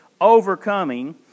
overcoming